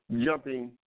Jumping